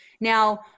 now